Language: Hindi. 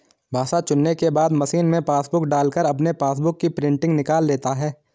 भाषा चुनने के बाद मशीन में पासबुक डालकर अपने पासबुक की प्रिंटिंग निकाल लेता है